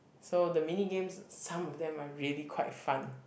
so the mini games some of them are really quite fun